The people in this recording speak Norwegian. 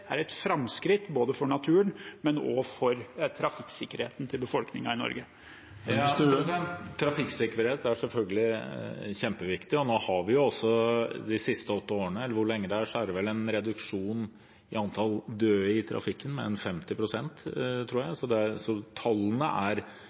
er et framskritt, både for naturen og for trafikksikkerheten til befolkningen i Norge. Trafikksikkerhet er selvfølgelig kjempeviktig. Nå har vi de siste åtte årene – eller hvor lenge det er – hatt en reduksjon i antall døde i trafikken på rundt 50 pst., tror jeg,